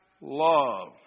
love